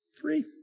Three